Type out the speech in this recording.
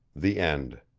the end